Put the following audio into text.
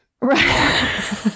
Right